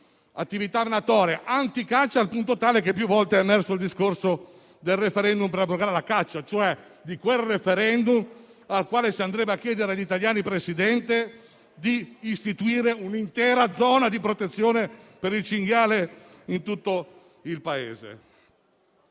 anti-attività venatoria e anti-caccia, al punto tale che più volte è emerso il discorso del *referendum* per abrogare la caccia, cioè quel *referendum* nel quale si andrebbe a chiedere agli italiani di istituire un'intera zona di protezione per il cinghiale in tutto il Paese.